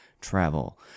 travel